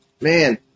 man